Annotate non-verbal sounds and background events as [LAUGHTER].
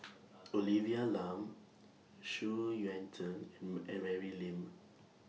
[NOISE] Olivia Lum Xu Yuan Zhen [UNINTELLIGIBLE] and very Lim